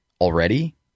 already